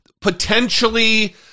potentially